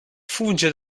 funge